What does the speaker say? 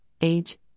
age